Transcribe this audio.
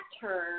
term